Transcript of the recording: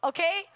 Okay